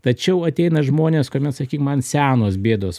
tačiau ateina žmonės kuomet sakym man senos bėdos